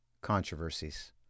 Controversies